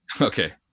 Okay